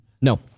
No